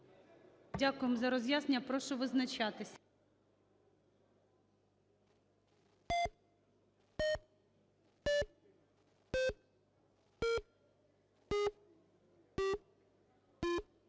Дякуємо за роз’яснення. Прошу визначатись.